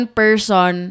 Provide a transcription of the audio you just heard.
person